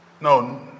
No